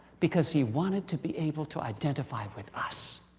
because he wanted to be able to identify with us.